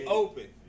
open